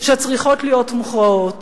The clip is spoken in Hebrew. שצריכות להיות מוכרעות